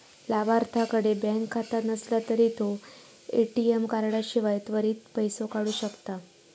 लाभार्थ्याकडे बँक खाता नसला तरी तो ए.टी.एम कार्डाशिवाय त्वरित पैसो काढू शकता